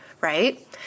right